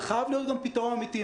וחייב להיות פתרון אמיתי.